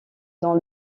dans